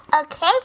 Okay